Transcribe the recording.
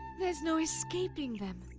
there's no escaping them.